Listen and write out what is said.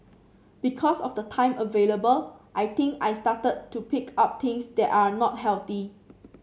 because of the time available I think I started to pick up things that are not healthy